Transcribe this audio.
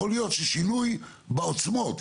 יכול להיות ששינוי בעוצמות.